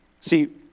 See